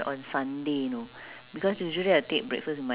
even malaysia also yesterday I saw